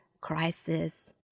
crisis